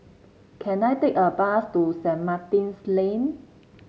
can I take a bus to Saint Martin's Lane